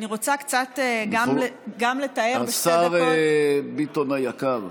השר ביטון היקר,